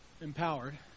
Empowered